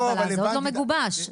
זה עוד לא מגובש.